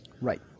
Right